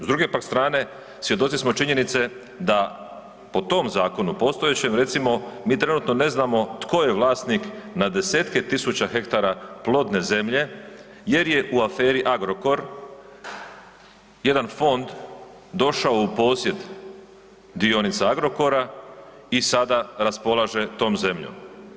S druge pak strane, svjedoci smo činjenice da potom zakonu postojećem recimo, mi trenutno ne znamo tko je vlasnik na desetke tisuća hektara plodne zemlje jer je u aferi Agrokor jedan fond došao u posjed dionica Agrokora i sada raspolaže tom zemljom.